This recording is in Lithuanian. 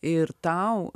ir tau